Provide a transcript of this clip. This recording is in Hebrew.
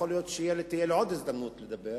יכול להיות שתהיה לי עוד הזדמנות לדבר